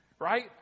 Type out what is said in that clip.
Right